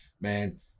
Man